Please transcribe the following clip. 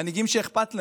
מנהיגים שאכפת להם.